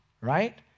right